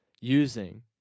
using